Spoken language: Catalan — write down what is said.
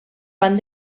van